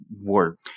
work